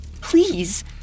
please